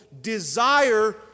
desire